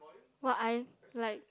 but I like